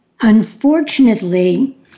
Unfortunately